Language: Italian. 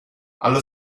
allo